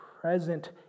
present